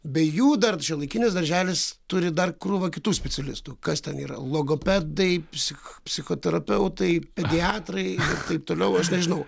be jų dar šiuolaikinis darželis turi dar krūvą kitų specialistų kas ten yra logopedai psich psichoterapeutai pediatrai kaip toliau aš nežinau